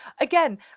Again